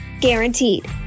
Guaranteed